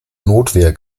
notwehr